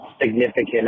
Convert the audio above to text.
significant